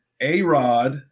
A-Rod